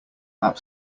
app